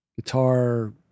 Guitar